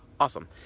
Awesome